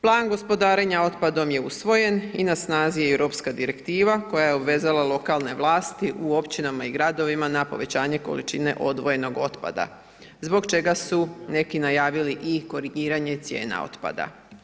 Plan gospodarenja otpadom je usvojen i na snazi je Europska direktiva koja je obvezala lokalne vlasti u općinama i gradovima na povećanje količine odvojenog otpada zbog čega su neki najavili i korigiranje cijena otpada.